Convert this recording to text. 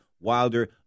Wilder